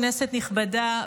כנסת נכבדה,